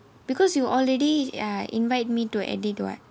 because you already ah invite me to edit [what]